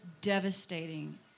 devastating